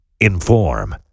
Inform